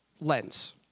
lens